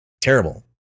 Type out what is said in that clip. terrible